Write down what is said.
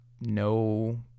no